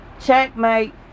Checkmate